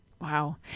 Wow